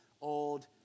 old